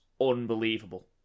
unbelievable